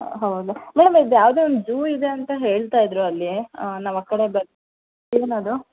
ಹೌದು ಮೇಡಮ್ ಇದು ಯಾವುದೋ ಒಂದು ಝೂ ಇದೆ ಅಂತ ಹೇಳ್ತಾ ಇದ್ದರು ಅಲ್ಲಿ ನಾವು ಆ ಕಡೆ ಏನದು